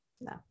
No